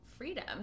freedom